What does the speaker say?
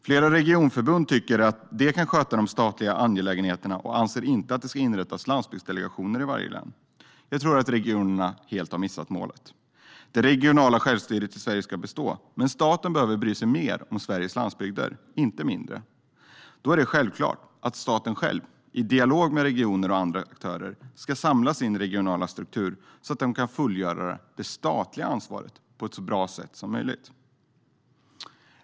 Flera regionförbund tycker att de kan sköta de statliga angelägenheterna och anser inte att det ska inrättas landsbygdsdelegationer i varje län. Jag tror att regionerna helt har missat målet. Det regionala självstyret i Sverige ska bestå, men staten behöver bry sig mer om Sveriges landsbygder och inte mindre. Då är det självklart att staten själv, i dialog med regioner och andra aktörer, ska samla sin regionala struktur så att den kan fullgöra det statliga ansvaret på ett så bra sätt som möjligt.